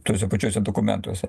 tuose pačiuose dokumentuose